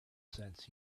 sense